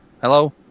Hello